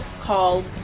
called